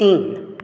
तीन